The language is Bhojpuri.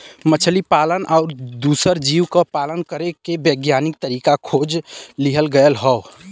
मछली पालन आउर दूसर जीव क पालन करे के वैज्ञानिक तरीका खोज लिहल गयल हौ